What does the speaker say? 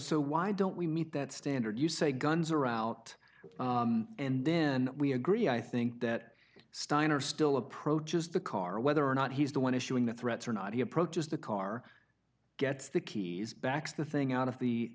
why don't we meet that standard you say guns are out and then we agree i think that steiner still approaches the car whether or not he's the one issuing the threats or not he approaches the car gets the keys back to the thing out of